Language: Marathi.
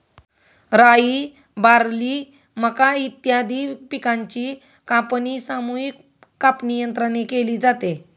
राई, बार्ली, मका इत्यादी पिकांची कापणी सामूहिक कापणीयंत्राने केली जाते